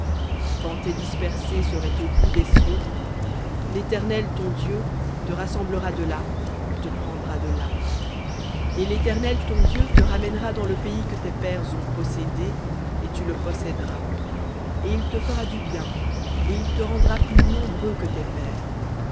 quand tes dispersés seraient au bout des cieux l'éternel ton dieu te rassemblera de là et te prendra de là et l'éternel ton dieu te ramènera dans le pays que tes pères ont possédé et tu le posséderas et il te fera du bien et il te rendra plus nombreux que tes pères